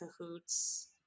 cahoots